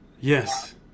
yes